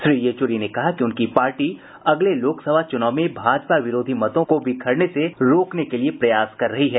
श्री येचुरी ने कहा कि उनकी पार्टी अगले लोकसभा चुनाव में भाजपा विरोधी मतों को बिखरने से रोकने के लिए प्रयास कर रही है